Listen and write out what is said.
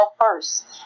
first